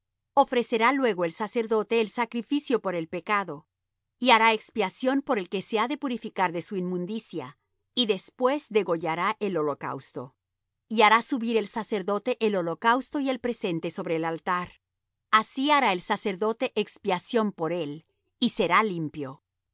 ofrecerá luego el sacerdote el sacrificio por el pecado y hará expiación por el que se ha de purificar de su inmundicia y después degollará el holocausto y hará subir el sacerdote el holocausto y el presente sobre el altar así hará el sacerdote expiación por él y será limpio